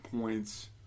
points